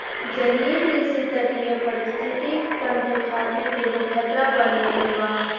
जलीय कृषि तटीय परिस्थितिक तंत्र खातिर एगो खतरा बन गईल बा